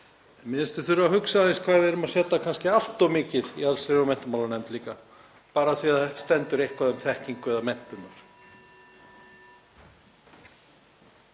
Mér finnst við þurfa að hugsa aðeins hvort við erum að setja kannski allt of mikið í allsherjar- og menntamálanefnd, bara af því að það stendur eitthvað um þekkingu eða menntun